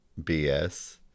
BS